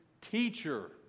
teacher